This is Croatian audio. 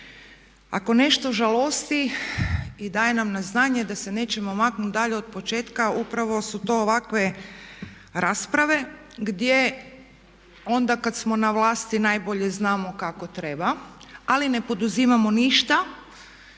Ako nešto žalosti i daje nam na znanje da se nećemo maknuti dalje od početka upravo su to ovakve rasprave gdje onda kad smo na vlasti najbolje znamo kako treba ali ne poduzimamo ništa